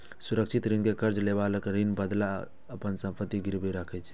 सुरक्षित ऋण मे कर्ज लएबला ऋणक बदला अपन संपत्ति गिरवी राखै छै